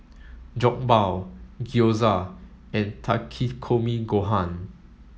Jokbal Gyoza and Takikomi Gohan